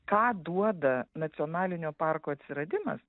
ką duoda nacionalinio parko atsiradimas